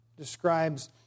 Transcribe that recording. describes